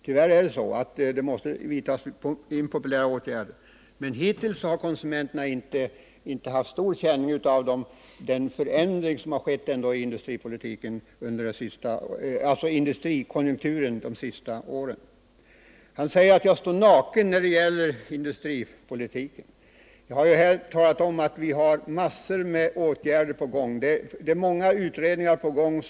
Tyvärr måste impopulära åtgärder vidtas, men hittills har konsumenterna inte haft stor känning av den förändring som ändå har skett i industrikonjunkturen under de senaste åren. Thage Peterson säger att jag står naken, utan förslag när det gäller industripolitiken, men jag har ju här talat om att vi har många förslag till åtgärder på gång. Flera utredningar pågår.